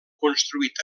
construït